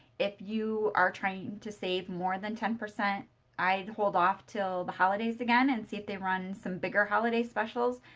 if you are trying to save more than ten, i'd hold off until the holidays again and see if they run some bigger holiday specials.